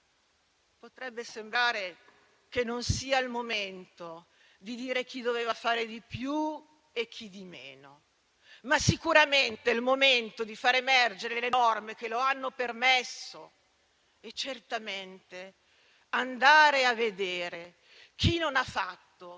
Potrebbe sembrare che non sia il momento di dire chi doveva fare di più e chi di meno, ma sicuramente è il momento di fare emergere le norme che lo hanno permesso. E certamente andare a vedere chi non ha fatto